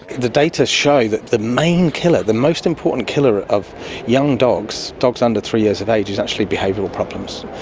the data show that the main killer, the most important killer of young dogs, dogs under three years of age, is actually behavioural problems,